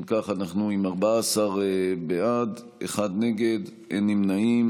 אם כך, אנחנו עם 14 בעד, אחד נגד, אין נמנעים.